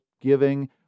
giving